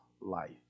life